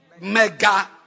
mega